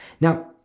Now